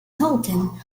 hilton